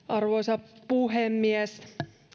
arvoisa puhemies